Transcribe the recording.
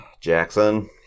Jackson